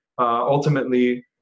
Ultimately